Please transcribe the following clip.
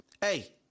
hey